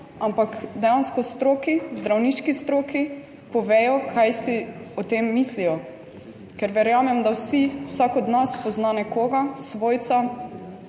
ampak dejansko stroki, zdravniški stroki, povedo, kaj si o tem mislijo, ker verjamem, da vsi, vsak od nas pozna nekoga, svojca,